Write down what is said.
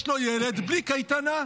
יש לו ילד בלי קייטנה,